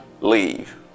Leave